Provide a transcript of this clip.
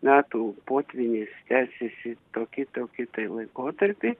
metų potvynis tęsiasi tokį tokį tai laikotarpį